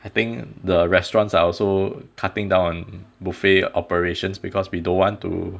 I think the restaurants are also cutting down on buffet operations because we don't want to